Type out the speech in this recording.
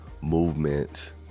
movement